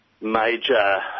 major